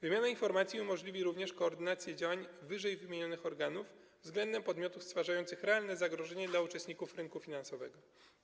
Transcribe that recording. Wymiana informacji umożliwi również koordynację działań ww. organów względem podmiotów stwarzających realne zagrożenie dla uczestników rynku finansowego.